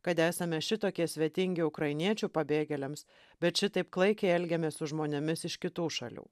kad esame šitokie svetingi ukrainiečių pabėgėliams bet šitaip klaikiai elgiamės su žmonėmis iš kitų šalių